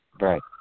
Right